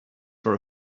for